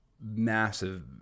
massive